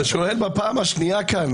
אתה עושה כאן